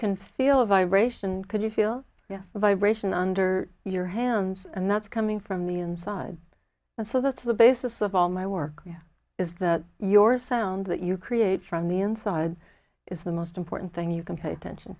can feel a vibration could you feel yes vibration under your hands and that's coming from the inside and so that's the basis of all my work is that your sound that you create from the inside is the most important thing you can pay attention